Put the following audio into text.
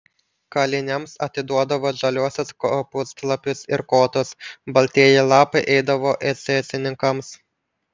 kaliniams atiduodavo žaliuosius kopūstlapius ir kotus baltieji lapai eidavo esesininkams